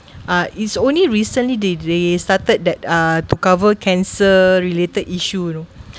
uh is only recently they they started that uh to cover cancer related issue you know